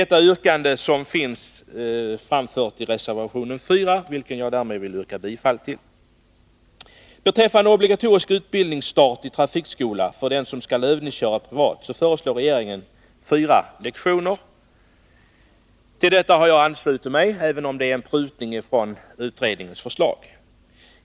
Detta yrkande har framförts i reservation nr 4, vilken jag härmed vill yrka bifall till. Vad beträffar frågan om obligatorisk utbildningsstart i trafikskola för den som skall övningsköra privat föreslår regeringen fyra lektioner. Till detta har jag anslutit mig, även om det är en prutning i förhållande till utredningens förslag.